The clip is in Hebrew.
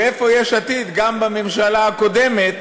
ואיפה יש עתיד גם בממשלה הקודמת